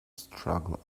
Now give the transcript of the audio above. struggle